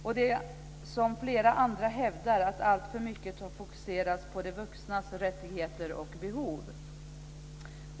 De liksom flera andra hävdar att alltför mycket har fokuserats på de vuxnas rättigheter och behov.